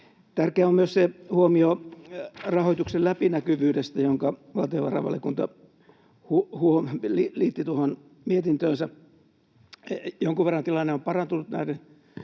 Tärkeä on myös se huomio rahoituksen läpinäkyvyydestä, jonka valtiovarainvaliokunta liitti mietintöönsä. Jonkun verran tilanne on parantunut näiden